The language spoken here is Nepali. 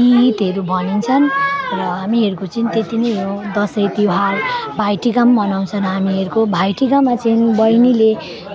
ईदहरू भनिन्छन् र हामीहरूको चाहिँ त्यत्ति नै हो दसैँ तिहार भाइटिका पनि मनाउँछन् हामीहरूको भाइटिकामा चाहिँ बैनीले